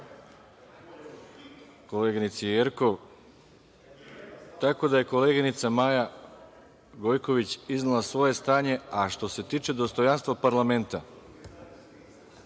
koleginici Jerkov. Tako da, koleginica Maja Gojković je iznela svoje stanje, a što se tiče dostojanstva parlamenta